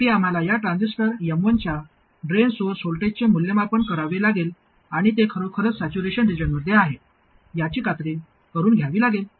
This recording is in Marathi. शेवटी आम्हाला या ट्रान्झिस्टर M1 च्या ड्रेन सोर्स व्होल्टेजचे मूल्यमापन करावे लागेल आणि ते खरोखरच सॅच्युरेशन रिजनमध्ये आहे याची खात्री करुन घ्यावी लागेल